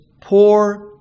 poor